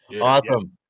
Awesome